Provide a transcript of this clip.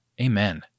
Amen